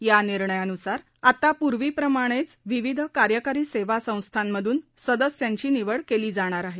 या निर्णयानुसार आता पूर्वीप्रमाणेच विविध कार्यकारी सेवा संस्थांमधून सदस्यांची निवड केली जाणार आहे